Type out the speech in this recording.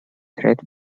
threat